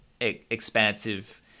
expansive